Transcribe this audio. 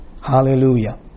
Hallelujah